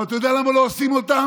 אבל אתה יודע למה לא עושים אותן?